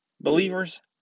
Believers